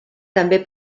també